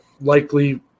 likely